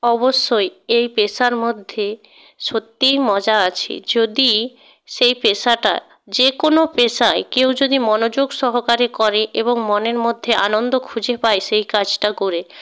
অবশ্যই এই পেশার মধ্যে সত্যিই মজা আছে যদি সেই পেশাটা যে কোনো পেশায় কেউ যদি মনোযোগ সহকারে করে এবং মনের মধ্যে আনন্দ খুঁজে পায় সেই কাজটা করে